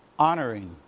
honoring